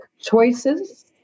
choices